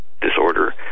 disorder